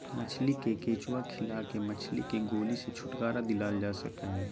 मछली के केंचुआ खिला के मछली के गोली से छुटकारा दिलाल जा सकई हई